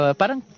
parang